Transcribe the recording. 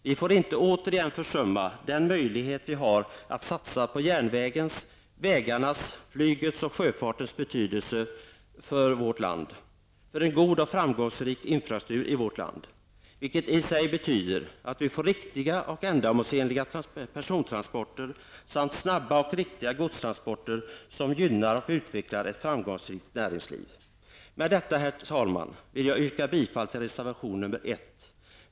Vi får inte återigen försumma den möjlighet vi har att satsa på järnvägarna, vägarna, flyget och sjöfarten för en god och framgångsrik infrastruktur i vårt land, en infrastruktur som innebär att vi får riktiga och ändamålsenliga persontransporter och snabba och riktiga godstransporter som gynnar och utvecklar ett framgångsrikt näringsliv. Med detta, herr talman, vill jag yrka bifall till reservation 1.